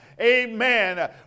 amen